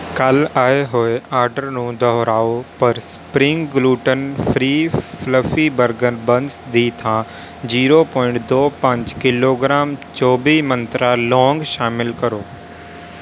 ਕੱਲ੍ਹ ਆਏ ਹੋਏ ਆਰਡਰ ਨੂੰ ਦੁਹਰਾਓ ਪਰ spring gluten free fluffy burger buns ਦੀ ਥਾਂ ਜ਼ੀਰੋ ਪੁਆਇੰਟ ਦੋ ਪੰਜ ਕਿਲੋਗ੍ਰਾਮ ਚੌਵੀ ਮੰਤਰਾ ਲੌਂਗ ਸ਼ਾਮਿਲ ਕਰੋ